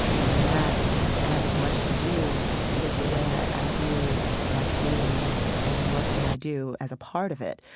you know, and that has as much to do with the way i view my community and the work that i do as a part of it.